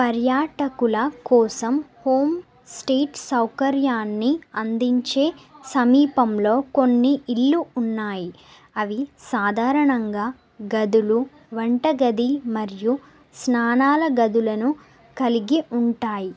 పర్యాటకుల కోసం home stay సౌకర్యాన్ని అందించే సమీపంలో కొన్ని ఇళ్ళు ఉన్నాయి అవి సాధారణంగా గదులు వంటగది మరియు స్నానాల గదులను కలిగి ఉంటాయి